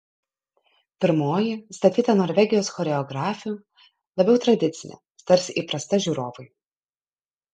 pirmoji statyta norvegijos choreografių labiau tradicinė tarsi įprasta žiūrovui